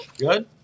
Good